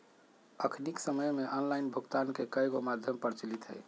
अखनिक समय में ऑनलाइन भुगतान के कयगो माध्यम प्रचलित हइ